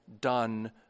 done